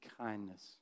kindness